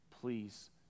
Please